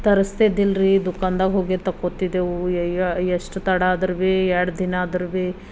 ತರಿಸ್ತಿದ್ದಿಲ್ರಿ ದುಖಾನ್ದಾಗೆ ಹೋಗಿ ತಗೋತಿದ್ದೆವು ಎಷ್ಟು ತಡ ಆದ್ರು ಭೀ ಎರಡು ದಿನ ಆದ್ರು ಭೀ